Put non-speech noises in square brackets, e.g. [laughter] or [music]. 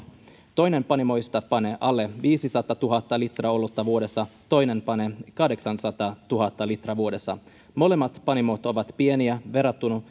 toinen panimoista panee alle viisisataatuhatta litraa olutta vuodessa toinen panee kahdeksansataatuhatta litraa vuodessa molemmat panimot ovat pieniä verrattuna [unintelligible]